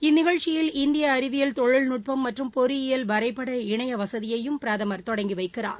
இந்நிகழ்ச்சியில் இந்திய அறிவியல் தொழில்நுட்பம் மற்றும் பொறியியல் வரைப்பட இணைய வசதியையும் பிரதமர் தொடங்கி வைக்கிறார்